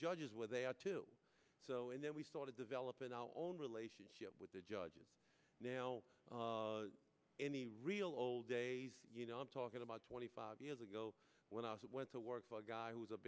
judges where they are two and then we started developing our own relationship with the judge and now any real old days you know i'm talking about twenty five years ago when i was went to work for a guy who was a